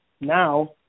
now